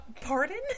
pardon